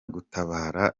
gutabara